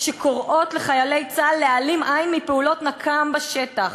שקוראות לחיילי צה"ל להעלים עין מפעולות נקם בשטח.